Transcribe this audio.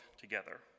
together